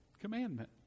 commandment